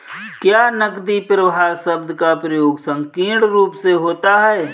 क्या नकदी प्रवाह शब्द का प्रयोग संकीर्ण रूप से होता है?